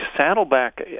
saddleback